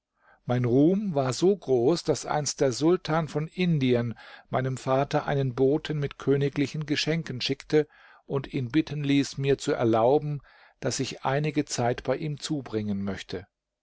mein ruhm war so groß daß einst der sultan von indien meinem vater einen boten mit königlichen geschenken schickte und ihn bitten ließ mir zu erlauben daß ich einige zeit bei ihm zubringen möchte